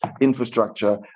infrastructure